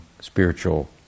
spiritual